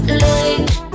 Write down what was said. late